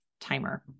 timer